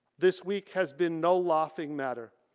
this week has been no laughing matter.